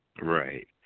Right